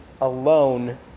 alone